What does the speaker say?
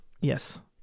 Yes